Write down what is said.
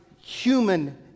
human